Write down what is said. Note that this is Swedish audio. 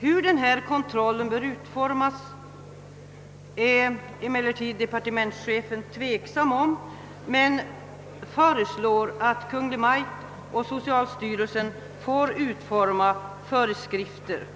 Hur den föreslagna kontrollen bör utformas är departementschefen tveksam om men föreslår att Kungl. Maj:t och socialstyrelsen får utforma föreskrifter därom.